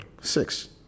Six